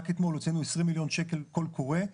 רק אתמול הוצאנו 20 מיליון שקל קול קורא,